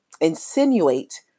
insinuate